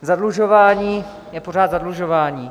Zadlužování je pořád zadlužování.